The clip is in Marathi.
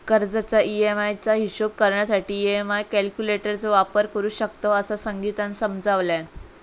कर्जाच्या ई.एम्.आई चो हिशोब करण्यासाठी ई.एम्.आई कॅल्क्युलेटर चो वापर करू शकतव, असा संगीतानं समजावल्यान